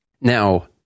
Now